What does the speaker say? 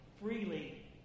freely